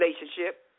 relationship